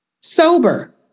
Sober